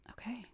Okay